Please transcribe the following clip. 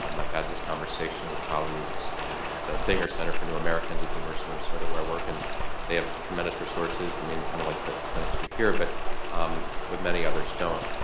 um i've had this conversation with colleagues and at the binger center for new americans at the university of minnesota where i work, and they have tremendous resources, i mean, kind of like the the clinics to here but um but many others don't.